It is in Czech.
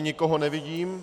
Nikoho nevidím.